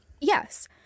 Yes